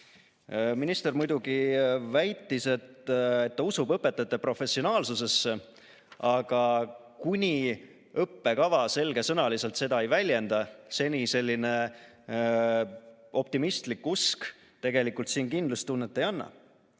Minister muidugi väitis, et ta usub õpetajate professionaalsusesse, aga kuni õppekava selgesõnaliselt seda ei väljenda, seni selline optimistlik usk tegelikult siin kindlustunnet ei anna.